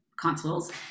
consoles